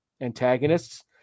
antagonists